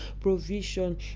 Provision